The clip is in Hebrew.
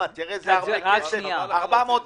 הוא עשה עסקת מקרקעין קנה מבנה, מכר מבנה.